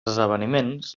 esdeveniments